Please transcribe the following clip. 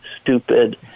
stupid